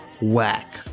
whack